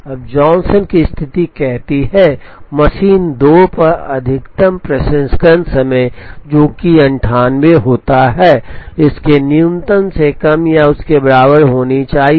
अब जॉनसन की स्थिति कहती है मशीन 2 पर अधिकतम प्रसंस्करण समय जो कि 98 होता है इस के न्यूनतम से कम या उसके बराबर होना चाहिए